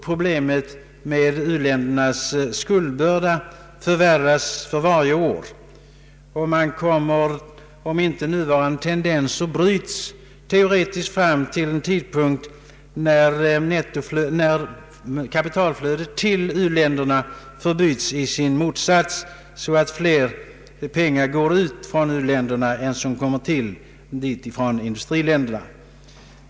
Problemet med u-ländernas skuldbörda förvärras för varje år, och man kommer, om inte nuvarande tendenser bryts, teoretiskt fram till en tidpunkt när kapitalflödet till u-länderna förbyts i sin motsats, så att mer pengar går ut från uländerna än som kommer dit från industriländerna.